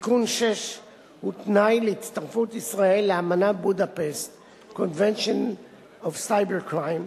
תיקון 6 הוא תנאי להצטרפות ישראל לאמנת בודפשטConvention of cybercrime,